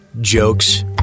jokes